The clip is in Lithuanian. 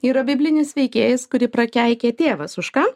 yra biblinis veikėjas kurį prakeikė tėvas už ką